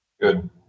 Good